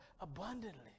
abundantly